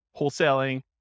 wholesaling